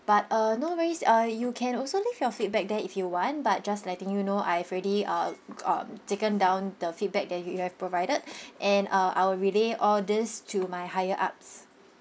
but uh no worries uh you can also leave your feedback there if you want but just letting you know I have already um um taken down the feedback that you have provided and uh I will relay all these to my higher ups